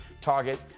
Target